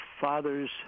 father's